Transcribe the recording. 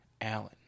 Allen